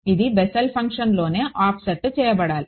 ఇది బెస్సెల్ ఫంక్షన్లోనే ఆఫ్సెట్ చేయబడాలి